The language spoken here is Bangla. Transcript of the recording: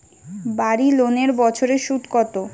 বাড়ি লোনের বছরে সুদ কত?